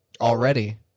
Already